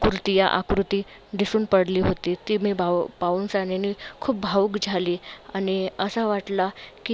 कृतियाँ आकृती दिसून पडली होती ती मी भावो पाहून सन्यानी खूप भावूक झाली आणि असा वाटला की